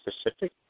specific